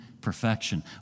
perfection